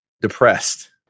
depressed